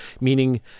meaning